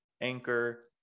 Anchor